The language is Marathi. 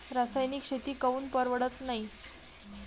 रासायनिक शेती काऊन परवडत नाई?